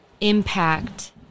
impact